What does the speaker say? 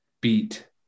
beat